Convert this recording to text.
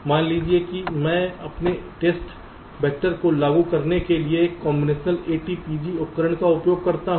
मान लीजिए कि मैं अपने टेस्ट वैक्टर को उत्पन्न करने के लिए एक कॉम्बिनेशनल ATPG उपकरण का उपयोग करता हूं